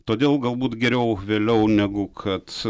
todėl galbūt geriau vėliau negu kad